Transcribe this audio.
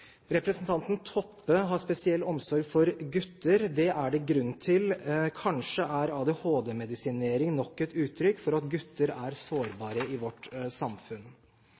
Representanten Toppe har spesiell omsorg for gutter. Det er det grunn til. Kanskje er ADHD-medisinering nok et uttrykk for at gutter er sårbare i vårt samfunn.